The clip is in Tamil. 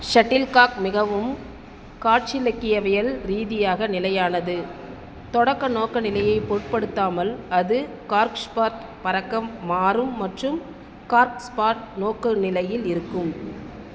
ஷட்டில்காக் மிகவும் காற்றிலயக்கவியல் ரீதியாக நிலையானது தொடக்க நோக்க நிலையைப் பொருட்படுத்தாமல் அது கார்க்ஸ் பார்ட் பறக்க மாறும் மற்றும் கார்க்ஸ் பார்ட் நோக்க நிலையில் இருக்கும்